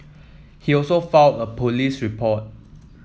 he also filed a police report